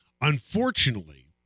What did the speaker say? Unfortunately